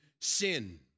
sin